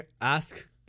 ask